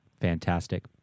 fantastic